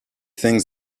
things